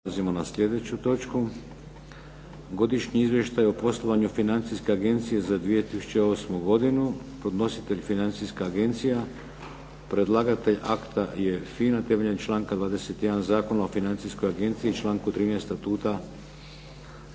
Godišnji izvještaj o poslovanju Financijske agencije za 2008. godinu Podnositelj Financijska agencija Predlagatelj akta je FINA. Temeljem članka 21. Zakona o Financijskoj agenciji članku 13. statuta